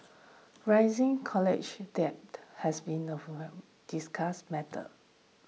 rising college debt has been a discussed matter